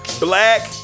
Black